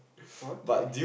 okay